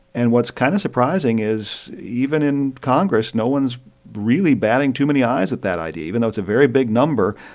and what's kind of surprising is even in congress, no one's really batting too many eyes at that idea. even though it's a very big number,